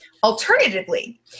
Alternatively